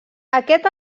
aquest